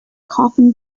coffin